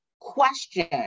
question